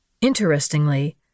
Interestingly